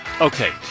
Okay